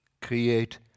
create